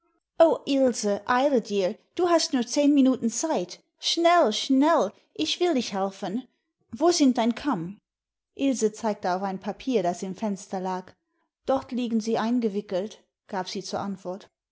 dir du hast nur zehn minuten zeit schnell schnell ich will dich helfen wo sind dein kamm ilse zeigte auf ein papier das im fenster lag dort liegen sie eingewickelt gab sie zur antwort